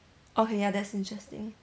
okay ya that's interesting